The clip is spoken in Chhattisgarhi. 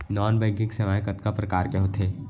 नॉन बैंकिंग सेवाएं कतका प्रकार के होथे